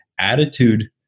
attitude